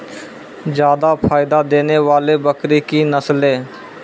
जादा फायदा देने वाले बकरी की नसले?